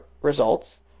results